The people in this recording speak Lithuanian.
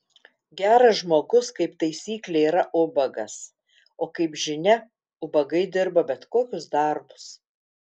geras žmogus kaip taisyklė yra ubagas o kaip žinia ubagai dirba bet kokius darbus